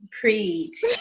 preach